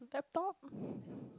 laptop